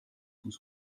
kus